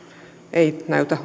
ei näytä